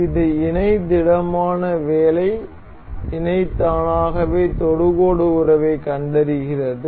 இது இணை திடமான வேலை இணை தானாகவே தொடுகோடு உறவைக் கண்டறிகிறது